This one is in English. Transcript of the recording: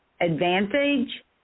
advantage